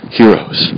heroes